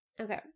okay